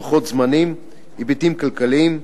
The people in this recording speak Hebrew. לוחות זמנים, היבטים כלכליים,